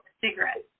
cigarettes